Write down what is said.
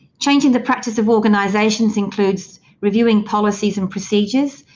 changing the practice of organisations includes reviewing policies and procedures,